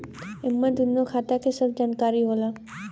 एमन दूनो खाता के सब जानकारी होला